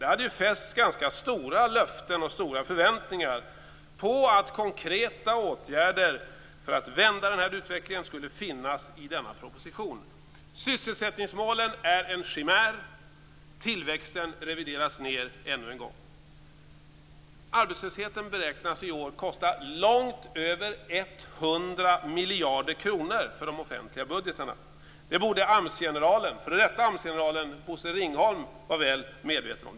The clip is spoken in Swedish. Det hade utfästs ganska stora löften och fanns stora förväntningar om att konkreta åtgärder för att vända utvecklingen skulle finnas i denna proposition. Sysselsättningsmålen är en chimär, och tillväxten revideras ned ännu en gång. Arbetslösheten beräknas i år kosta långt över 100 miljarder kronor för de offentliga budgetarna. Det borde f.d. AMS-generalen Bosse Ringholm vara väl medveten om.